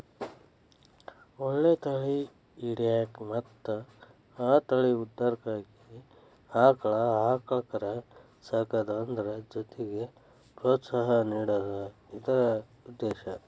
ಒಳ್ಳೆ ತಳಿ ಹಿಡ್ಯಾಕ ಮತ್ತ ಆ ತಳಿ ಉದ್ಧಾರಕ್ಕಾಗಿ ಆಕ್ಳಾ ಆಕಳ ಕರಾ ಸಾಕುದು ಅದ್ರ ಜೊತಿಗೆ ಪ್ರೋತ್ಸಾಹ ನೇಡುದ ಇದ್ರ ಉದ್ದೇಶಾ